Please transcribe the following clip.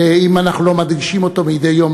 ואם אנחנו לא מדגישים אותו מדי יום